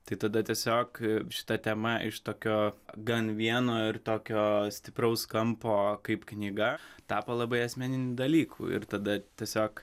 tai tada tiesiog šita tema iš tokio gan vieno ir tokio stipraus kampo kaip knyga tapo labai asmeniniu dalyku ir tada tiesiog